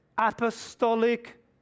Apostolic